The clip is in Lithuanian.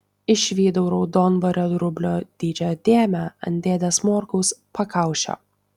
išvydau raudonvario rublio dydžio dėmę ant dėdės morkaus pakaušio